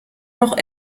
noch